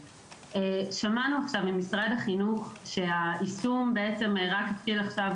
שמענו עכשיו ממשרד החינוך שהיישום רק התחיל עכשיו,